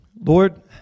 Lord